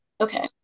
Okay